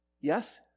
Yes